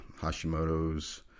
Hashimoto's